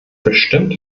bestimmt